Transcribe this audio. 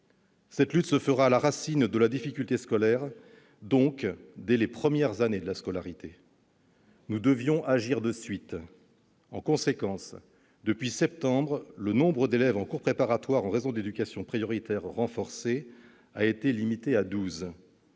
Cette lutte se fera à la racine de la difficulté scolaire, dès les premières années de la scolarité donc. Nous devions agir tout de suite. Aussi, depuis le mois de septembre, le nombre d'élèves en cours préparatoire en réseau d'éducation prioritaire renforcée, REP+, a été limité à